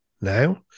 now